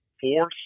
four